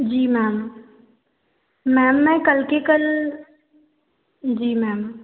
जी ma'am ma'am मैं कल के कल जी मैम